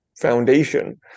foundation